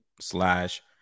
slash